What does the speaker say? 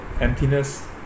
emptiness